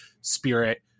spirit